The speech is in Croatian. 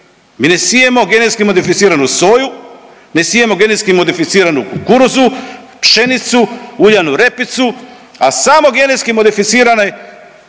mi ne sijemo genetski modificiranu soju, ne sijemo genetski modificiramo kukuruzu, pšenicu, uljanu repicu, a samo genetski modificirane biljke